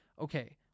okay